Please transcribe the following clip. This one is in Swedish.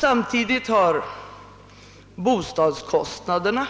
Samtidigt har bostadskostnaderna